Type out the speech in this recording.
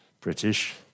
British